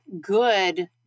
good